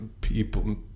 people